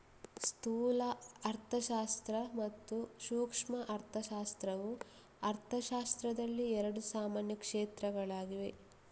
ಸ್ಥೂಲ ಅರ್ಥಶಾಸ್ತ್ರ ಮತ್ತು ಸೂಕ್ಷ್ಮ ಅರ್ಥಶಾಸ್ತ್ರವು ಅರ್ಥಶಾಸ್ತ್ರದಲ್ಲಿ ಎರಡು ಸಾಮಾನ್ಯ ಕ್ಷೇತ್ರಗಳಾಗಿವೆ